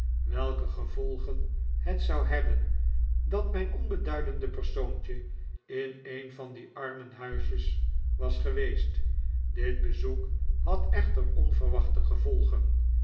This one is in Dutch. welke gevolgen het zou hebben dat mijn onbeduidende persoontje in een van die armenhuisjes was geweest dit bezoek had echter onverwachte gevolgen